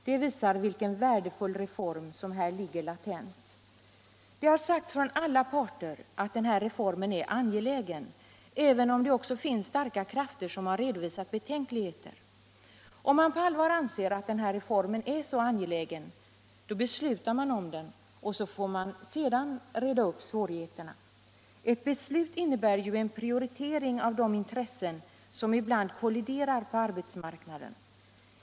Det visar vilken värdefull reform som här ligger latent. Det har sagts från alla parter att den här reformen är angelägen även om det också finns starka krafter som har redovisat betänkligheter. Om man på allvar anser att reformen är angelägen, bör man besluta om den, och sedan får svårigheterna redas upp. Ett beslut innebär ju en prioritering av de intressen som ibland kolliderar på arbetsmarknaden.